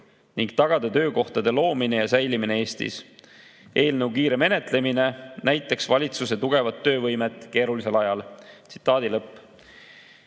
ning tagada töökohtade loomine ja säilimine Eestis. Eelnõu kiire menetlemine näitaks valitsuse tugevat töövõimet keerulisel ajal." Mida või